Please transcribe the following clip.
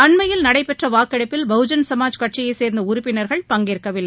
அண்மையில் நடைபெற்ற வாக்கெடுப்பில் பகுஜன் சமாஜ் கட்சியை சேர்ந்த உறுப்பினர்கள் பங்கேற்கவில்லை